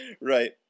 right